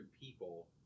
people